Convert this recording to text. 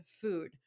food